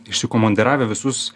išsikumandiravę visus